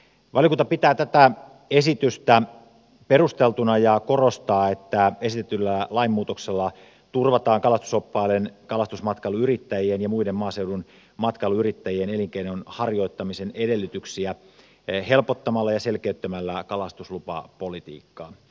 valiokunta pitää tätä esitystä perusteltuna ja korostaa että esitetyllä lain muutoksella turvataan kalastusoppaiden kalastusmatkailuyrittäjien ja muiden maaseudun matkailuyrittäjien elinkeinon harjoittamisen edellytyksiä helpottamalla ja selkeyttämällä kalastuslupapolitiikkaa